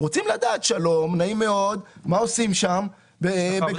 רוצים לדעת מה עושים שם בגדול.